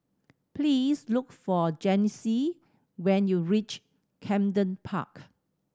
please look for Janyce when you reach Camden Park